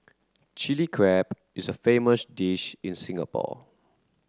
Chilli Crab is a famous dish in Singapore